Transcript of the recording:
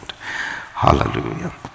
Hallelujah